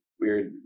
weird